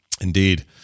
Indeed